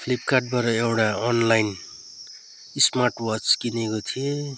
फ्लिपकार्टबाट एउटा online smart watch किनेको थिएँ